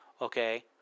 Okay